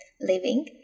living